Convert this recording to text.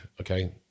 okay